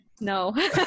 No